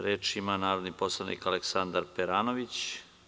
Reč ima narodni poslanik Aleksandar Peranović.